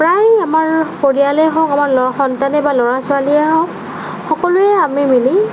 প্ৰায় আমাৰ পৰিয়ালে হওক আমাৰ সন্তানে বা ল'ৰা ছোৱালীয়ে হওক সকলোৱে আমি মিলি